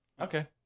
Okay